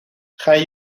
gaan